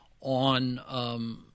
on